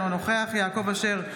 אינו נוכח יעקב אשר,